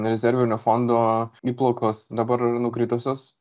rezervinio fondo įplaukos dabar nukritusios